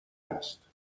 هست